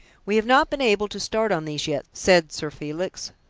we have not been able to start on these yet, said sir felix,